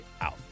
out